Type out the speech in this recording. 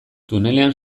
tunelean